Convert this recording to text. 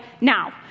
now